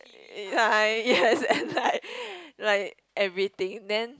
ya ya yes then like like everything then